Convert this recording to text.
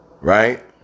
Right